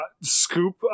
Scoop